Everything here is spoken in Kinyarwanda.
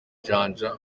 janja